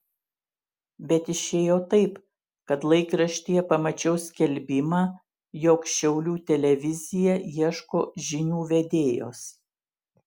bet išėjo taip kad laikraštyje pamačiau skelbimą jog šiaulių televizija ieško žinių vedėjos